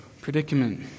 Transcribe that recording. predicament